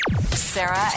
Sarah